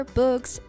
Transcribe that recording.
books